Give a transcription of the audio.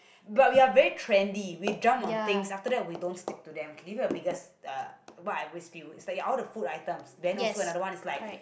but we are very trendy we jump on things after that we don't stick to them okay give you the biggest uh what I always feel is like all the food items then also anther one is like